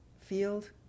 field